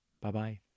Bye-bye